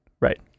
Right